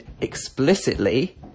explicitly